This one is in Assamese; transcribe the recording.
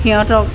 সিহঁতক